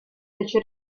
fece